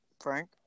Frank